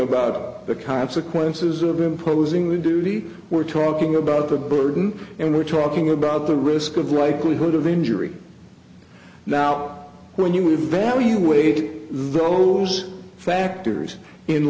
about the consequences of imposing the duty we're talking about the burden and we're talking about the risk of likelihood of injury now when you evaluate those factors in